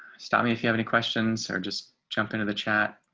stop me if you have any questions or just jump into the chat.